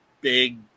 big